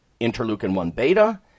interleukin-1-beta